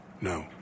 no